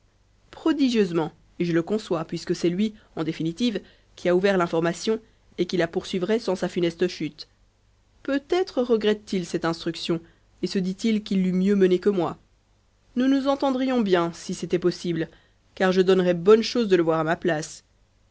et je le conçois puisque c'est lui en définitive qui a ouvert l'information et qui la poursuivrait sans sa funeste chute peut-être regrette t il cette instruction et se dit-il qu'il l'eût mieux menée que moi nous nous entendrions bien si c'était possible car je donnerais bonne chose de le voir à ma place